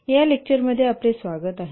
या लेक्चरमध्ये आपले स्वागत आहे